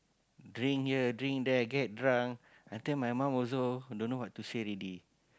drink here drink there get drunk until my mum also don't know what to say already